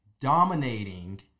dominating